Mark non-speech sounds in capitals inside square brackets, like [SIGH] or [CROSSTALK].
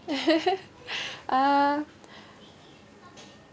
[LAUGHS] [BREATH] uh